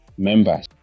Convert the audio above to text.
members